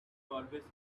always